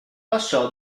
passò